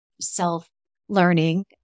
self-learning